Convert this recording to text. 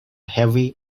heavy